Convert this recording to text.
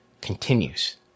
continues